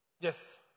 Yes